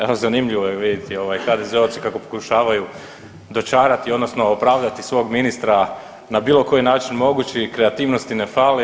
Evo zanimljivo je vidjeti ovaj HDZ-ovce kako pokušavaju dočarati odnosno opravdati svog ministra na bilo koji način mogući i kreativnosti ne fali.